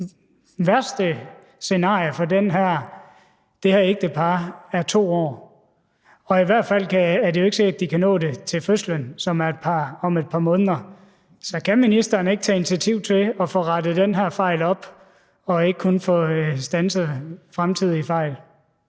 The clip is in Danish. det værste scenarie for det her ægtepar er 2 år, og i hvert fald er det jo ikke sikkert, at de kan nå det til fødslen, som er om et par måneder. Så kan ministeren ikke tage initiativ til at få rettet den her fejl op og ikke kun få standset fremtidige fejl?